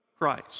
Christ